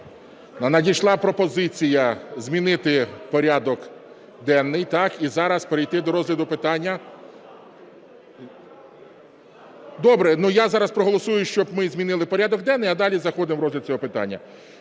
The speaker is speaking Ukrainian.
Надійшла пропозиція змінити порядок денний і зараз перейти до розгляду питання. (Шум у залі) Добре. Ну я зараз проголосую, щоб ми змінили порядок денний, а далі заходимо в розгляд цього питання.